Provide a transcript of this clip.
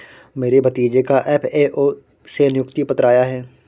मेरे भतीजे का एफ.ए.ओ से नियुक्ति पत्र आया है